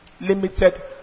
limited